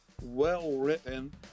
well-written